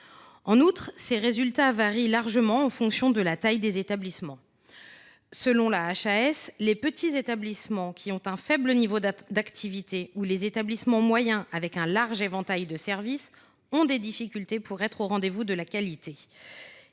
élevé. Ces résultats varient largement en fonction de la taille des établissements. Selon la HAS, « les petits établissements qui ont un faible niveau d’activité, ou les établissements moyens avec un large éventail de services ont des difficultés pour être au rendez vous de la qualité